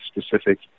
specific